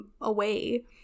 away